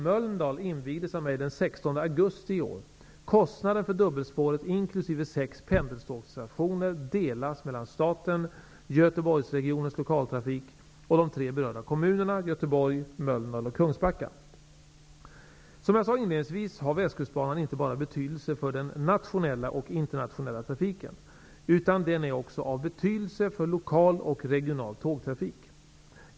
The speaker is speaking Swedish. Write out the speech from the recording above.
Mölndal invigdes av mig den 16 augusti i år. Som jag sade inledningsvis har Västkustbanan betydelse inte bara för den nationella och internationella trafiken utan också för lokaltrafik och regional tågtrafik.